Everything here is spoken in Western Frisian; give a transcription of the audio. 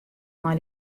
mei